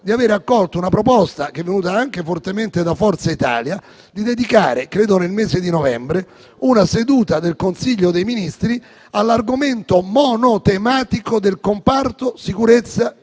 di aver accolto la proposta, che è venuta anche fortemente da Forza Italia, di dedicare - credo nel mese di novembre - una seduta del Consiglio dei ministri all'argomento monotematico del comparto sicurezza